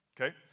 okay